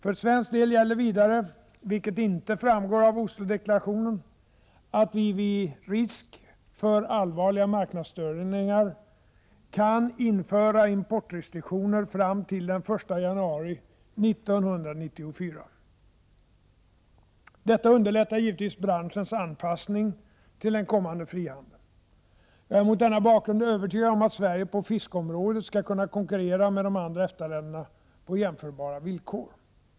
För svensk del gäller vidare — vilket inte framgår av Oslodeklarationen — att vi vid risk för allvarliga marknadsstörningar kan införa importrestriktioner fram till den 1 januari 1994. Detta underlättar givetvis branschens anpassning till den kommande frihandeln. Jag är mot denna bakgrund övertygad om att Sverige på fiskeområdet skall kunna konkurrera med de andra EFTA-länderna på jämförbara villkor.